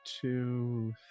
two